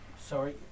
sorry